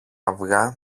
αυγά